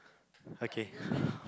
okay